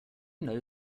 know